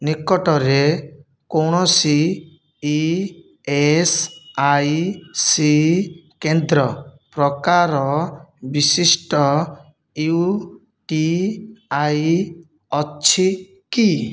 ନିକଟରେ କୌଣସି E S I C କେନ୍ଦ୍ର ପ୍ରକାର ବିଶିଷ୍ଟ ୟୁ ଟି ଆଇ ଅଛି କି